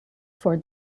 for